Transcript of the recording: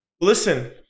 Listen